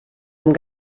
amb